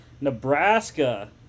nebraska